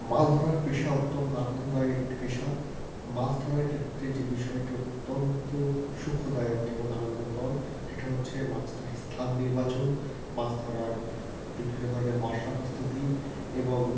মাছ ধরার পেশা অত্যন্ত আনন্দদায়ক একটি পেশা মাছ ধরার ক্ষেত্রে যে বিষয়টি অত্যন্ত সুখদায়ক এবং আনন্দকর সেটা হচ্ছে মাছ ধরার স্থান নির্বাচন মাছ ধরার বিভিন্ন ধরনের মশলা প্রস্তুতি এবং